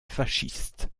fascistes